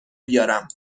بیارم